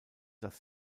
das